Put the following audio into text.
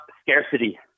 scarcity